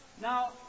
Now